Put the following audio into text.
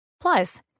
Plus